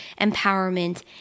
empowerment